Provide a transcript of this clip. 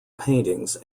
paintings